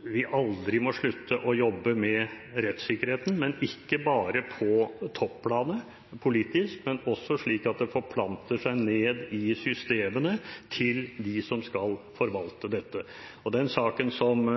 vi aldri må slutte å jobbe med rettssikkerheten, ikke bare på topplanet politisk, men også slik at det forplanter seg ned i systemene til dem som skal forvalte dette. Den saken som